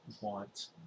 want